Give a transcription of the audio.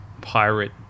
pirate